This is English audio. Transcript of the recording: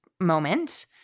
moment